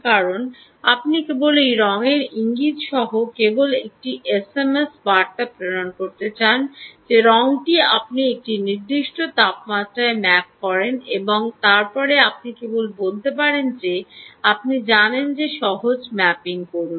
কারণ আপনি কেবল সেই রঙের ইঙ্গিত সহ কেবল একটি এসএমএস বার্তা প্রেরণ করতে চান যে রঙটি আপনি এটি নির্দিষ্ট তাপমাত্রায় ম্যাপ করেন এবং তারপরে আপনি কেবল বলতে পারেন যে আপনি ঠিক জানেন যে সহজ ম্যাপিং করুন